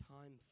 time